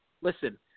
listen